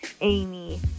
Amy